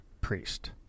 priest